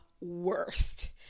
worst